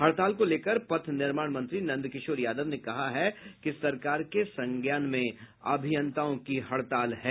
हड़ताल को लेकर पथ निर्माण मंत्री नंदकिशोर यादव ने कहा है कि सरकार के संज्ञान में अभियंताओं की हड़ताल है